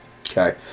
okay